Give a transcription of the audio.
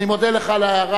אני מודה לך על ההערה.